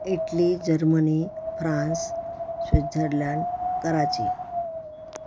Italy Germany France Switzerland Karachi